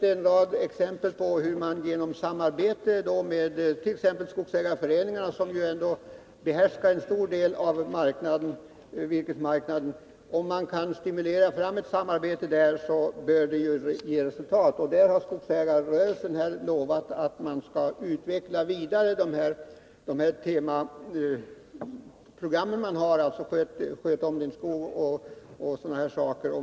Om man kan stimulera fram ett samarbete med t.ex. skogsägarföreningarna, som ju ändå behärskar en stor del av virkesmarknaden, så bör det ge resultat. Och skogsägarrörelsen har lovat att man skall vidareutveckla de temaprogram rhan har — Sköt om din skog, osv.